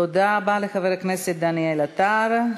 תודה רבה לחבר הכנסת דניאל עטר.